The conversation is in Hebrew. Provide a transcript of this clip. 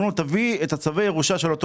אומרים לו: תביא את צווי הירושה של אותו